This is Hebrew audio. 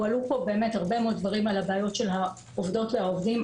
הועלו פה באמת הרבה מאוד דברים על הבעיות של העובדות והעובדים,